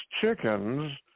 chickens